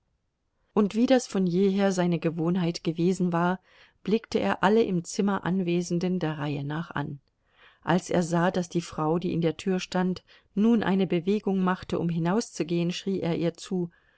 und wie das von jeher seine gewohnheit gewesen war blickte er alle im zimmer anwesenden der reihe nach an als er sah daß die frau die in der tür stand nun eine bewegung machte um hinauszugehen schrie er ihr zu